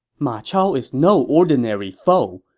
ma chao is no ordinary foe.